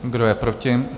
Kdo je proti?